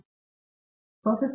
professor